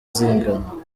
zingana